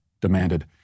demanded